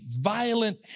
violent